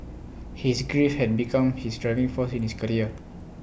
his grief had become his driving force in his career